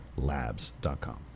labs.com